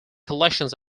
collections